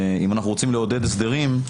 אם אנחנו רוצים לעודד הסדרים,